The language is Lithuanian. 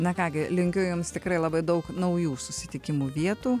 na ką gi linkiu jums tikrai labai daug naujų susitikimų vietų